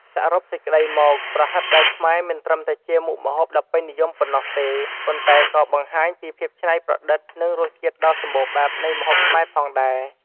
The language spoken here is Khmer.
សរុបសេចក្តីមក ប្រហិតបែបខ្មែរមិនត្រឹមតែជាមុខម្ហូបដ៏ពេញនិយមប៉ុណ្ណោះទេ ប៉ុន្តែក៏បង្ហាញពីភាពច្នៃប្រឌិត និងរសជាតិដ៏សម្បូរបែបនៃម្ហូបខ្មែរផងដែរ។